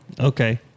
Okay